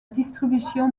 distribution